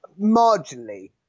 Marginally